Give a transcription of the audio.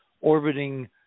orbiting